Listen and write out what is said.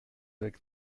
avec